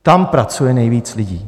Tam pracuje nejvíc lidí.